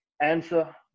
answer